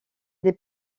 des